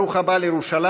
ברוך הבא לירושלים,